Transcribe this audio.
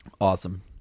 Awesome